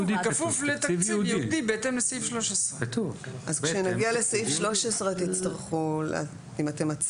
בכפוף לתקציב ייעודי בהתאם לסעיף 13. כשנגיע לסעיף 13 תצטרכו אם אתם מציעים,